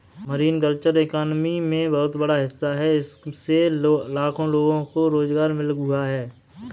marine culture economy में बहुत बड़ा हिस्सा है इससे लाखों लोगों को रोज़गार मिल हुआ है